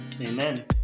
Amen